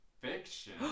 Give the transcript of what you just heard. Fiction